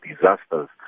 disasters